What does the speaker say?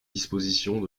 dispositions